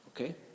okay